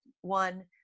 one